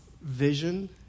vision